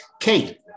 Kate